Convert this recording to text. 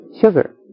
sugar